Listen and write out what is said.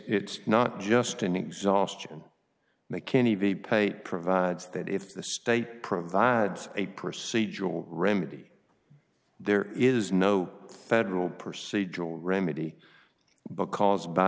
it's not just an exhaustion mckenney be paid provides that if the state provides a procedural remedy there is no federal proceed jewel remedy because by